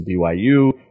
BYU